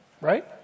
Right